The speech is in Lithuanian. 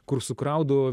kur sukraudavo